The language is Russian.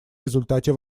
результате